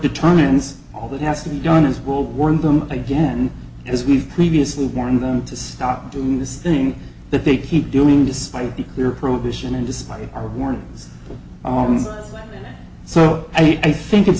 determines all that has to be done is will warn them again as we've previously warned them to stop doing this thing that they keep doing despite the clear prohibition and despite our warnings so i think it's